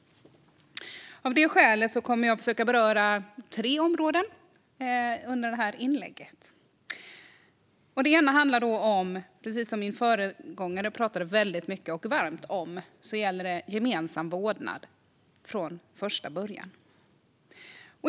Av det skälet kommer jag att försöka beröra tre områden i det här anförandet. Ett är det som föregående talare talade mycket och varmt om. Det gäller gemensam vårdnad från första början.